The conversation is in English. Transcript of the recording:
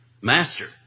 Master